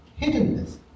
hiddenness